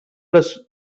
les